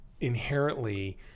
inherently